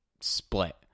split